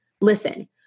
Listen